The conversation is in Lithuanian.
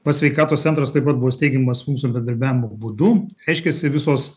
pats sveikatos centras taip pat buvo steigiamas mūsų bendarbiavimo būdu reiškiasi visos